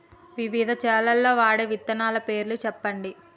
వివిధ చేలల్ల వాడే విత్తనాల పేర్లు చెప్పండి?